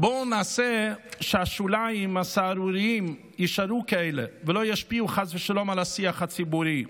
בואו נעשה שהשוליים הסהרוריים יישארו כאלה ולא ישפיעו על השיח הציבורי,